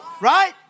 Right